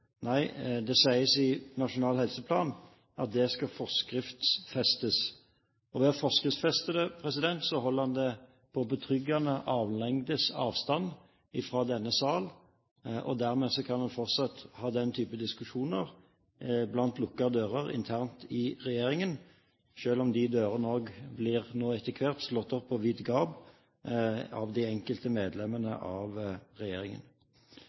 Nei, det sies i Nasjonal helseplan at det skal forskriftsfestes. Ved å forskriftsfeste det holder man det på betryggende armlengdes avstand fra denne sal, og dermed kan man fortsatt ha den typen diskusjoner bak lukkede dører internt i regjeringen, selv om de dørene etter hvert blir slått opp på vid gap av de enkelte medlemmene av regjeringen.